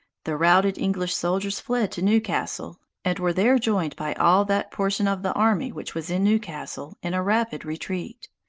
the routed english soldiers fled to newcastle, and were there joined by all that portion of the army which was in newcastle, in a rapid retreat.